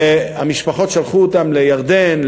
והמשפחות שלחו אותם לירדן,